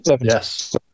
Yes